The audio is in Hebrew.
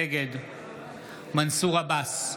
נגד מנסור עבאס,